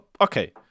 okay